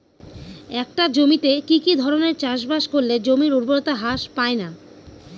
একটা জমিতে কি কি ধরনের চাষাবাদ করলে জমির উর্বরতা হ্রাস পায়না?